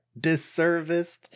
disserviced